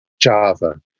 Java